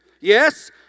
Yes